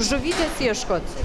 žuvytės ieškot